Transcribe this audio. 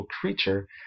creature